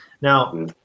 Now